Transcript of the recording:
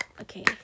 Okay